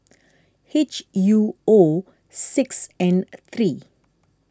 H U O six N three